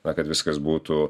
na kad viskas būtų